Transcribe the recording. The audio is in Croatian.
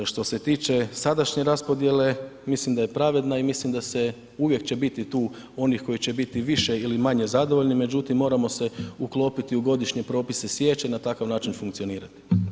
Što se tiče sadašnje raspodjele mislim da je pravedna i mislim da se, uvijek će biti tu onih koji će biti više ili manje zadovoljni, međutim moramo se uklopiti u godišnje propise sječe i na takav način funkcionirati.